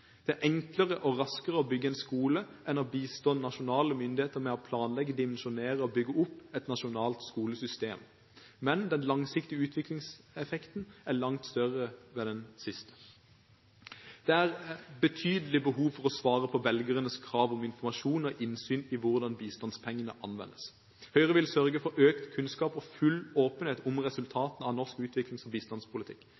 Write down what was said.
Det er enklere og raskere å bygge en skole enn å bistå nasjonale myndigheter med å planlegge, dimensjonere og bygge opp et nasjonalt skolesystem, men den langsiktige utviklingseffekten er langt større ved det siste. Det er betydelige behov for å svare på velgernes krav om informasjon og innsyn i hvordan bistandspengene anvendes. Høyre vil sørge for økt kunnskap og full åpenhet om